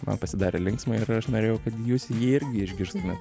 man pasidarė linksma ir aš norėjau kad jūs jį irgi išgirstumėt